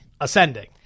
Ascending